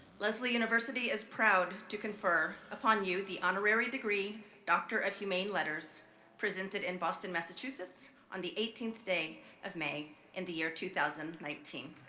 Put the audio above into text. lesley university is proud to confer upon you the honorary degree doctor of humane letters presented in boston, massachusetts on the eighteenth day of may in the year two thousand and nineteen.